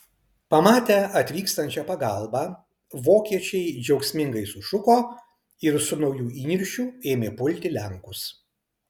pamatę atvykstančią pagalbą vokiečiai džiaugsmingai sušuko ir su nauju įniršiu ėmė pulti lenkus